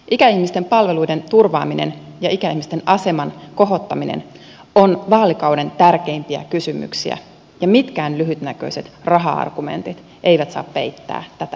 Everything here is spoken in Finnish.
ikäihmisten palveluiden turvaaminen ja ikäihmisten aseman kohottaminen ovat vaalikauden tärkeimpiä kysymyksiä ja mitkään lyhytnäköiset raha argumentit eivät saa peittää tätä perustotuutta